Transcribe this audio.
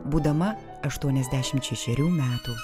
būdama aštuoniasdešimt šešerių metų